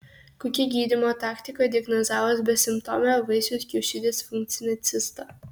kokia gydymo taktika diagnozavus besimptomę vaisiaus kiaušidės funkcinę cistą